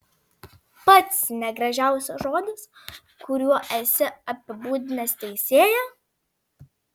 pats negražiausias žodis kuriuo esi apibūdinęs teisėją